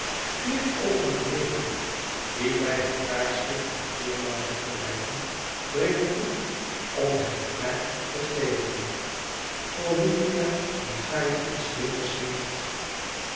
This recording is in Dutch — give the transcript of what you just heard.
knipoogende neven die bij het kaarslicht naar vleermuizen gelijken dringen toe om het haar te geven volumnia die gaarne iets beters heeft